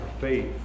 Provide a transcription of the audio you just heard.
faith